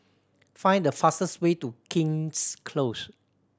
find the fastest way to King's Close